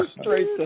straight